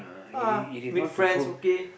ah meet friends okay